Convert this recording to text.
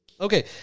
okay